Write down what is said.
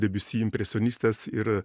debiusi impresionistas ir